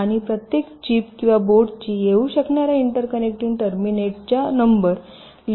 आणि प्रत्येक चिप किंवा बोर्डची येऊ शकणार्या इंटरकनेक्टिंग टर्मिनेटच्या नंबर लिमिट असते